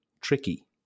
tricky